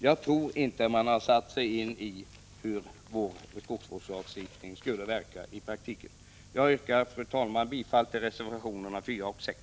Jag tror inte att man har satt sig in i hur vår skogsvårdslagstiftning verkar i praktiken. Jag yrkar, fru talman, bifall till reservationerna 4 och 6.